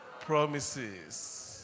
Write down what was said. promises